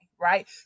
right